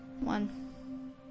one